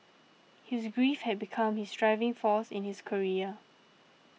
his grief had become his driving force in his career